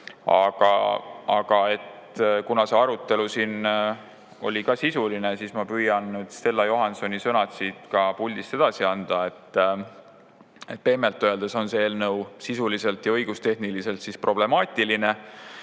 Aga kuna see arutelu siin oli sisuline, siis ma püüan Stella Johansoni sõnad siit puldist edasi anda. Pehmelt öeldes on see eelnõu sisuliselt ja õigustehniliselt problemaatiline.